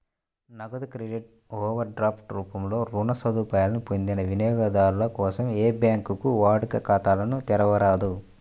నగదు credit, overdraft రూపంలో రుణ సదుపాయాలను పొందిన వినియోగదారుల కోసం ఏ బ్యాంకూ వాడుక ఖాతాలను తెరవరాదు